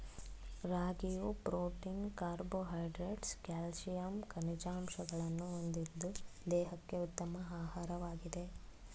ರಾಗಿಯು protein carbohydrates calcium ಖನಿಜಾಂಶಗಳನ್ನು ಹೊಂದಿದ್ದು ದೇಹಕ್ಕೆ ಉತ್ತಮ ಆಹಾರವಾಗಿದೆ